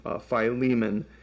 Philemon